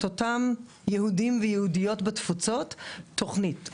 אותם יהודים ויהודיות בתפוצות תוכנית.